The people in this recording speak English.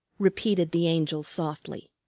repeated the angel softly.